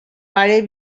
pare